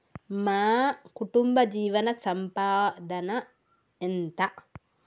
మా కుటుంబ జీవన సంపాదన ఎంత?